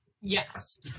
Yes